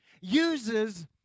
uses